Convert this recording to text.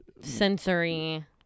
Sensory